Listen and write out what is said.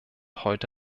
heute